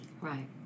Right